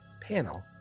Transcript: panel